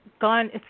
gone